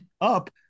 up